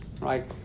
right